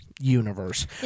universe